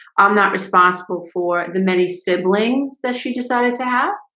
i'm not responsible for the many siblings that she decided to have